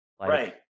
Right